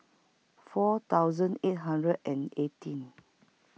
four thousand eight hundred and eighteen